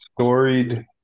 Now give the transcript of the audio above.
Storied